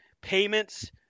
payments